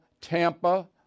Tampa